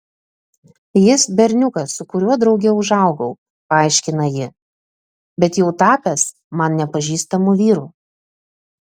jis berniukas su kuriuo drauge užaugau paaiškina ji bet jau tapęs man nepažįstamu vyru